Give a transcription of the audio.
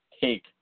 cake